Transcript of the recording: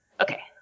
okay